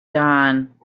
dawn